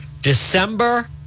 December